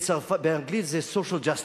באנגלית זה social justice.